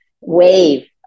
wave